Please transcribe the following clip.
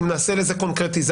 אם נעשה לזה קונקרטיזציה,